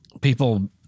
People